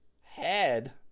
head